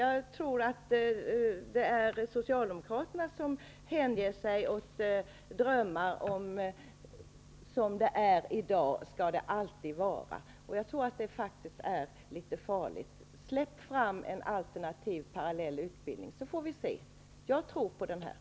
Jag tror att det är Socialdemokraterna som hänger sig åt drömmar om att det alltid skall vara som det är i dag. Jag tror att det är litet farligt. Släpp fram en alternativ parallell utbildning. Då får vi se. Jag tror på detta.